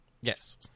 Yes